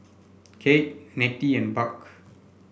Keith Nettie and Buck